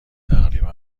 تقریبا